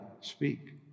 speak